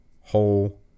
whole